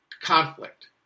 conflict